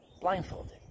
blindfolded